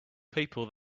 people